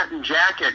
jacket